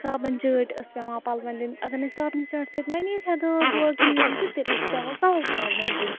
صابَن چٲٹۍ ٲس پیٚوان پَلوَن دِنۍ اگر نٔے صابنہِ چاٹہِ سۭتۍ ما نیرِ ہا داغ واغ کِہیٖنۍ تہِ تیٚلہِ ٲس پیٚوان کلہٕ صابَن دِنۍ